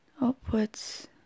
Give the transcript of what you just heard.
upwards